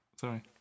Sorry